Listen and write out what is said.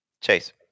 Chase